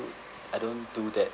I don't do that